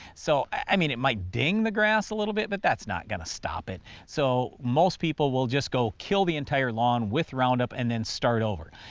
so, i mean it might ding the grass a little bit but that's not going to stop it. so, most people will just go kill the entire lawn with roundup and then start over.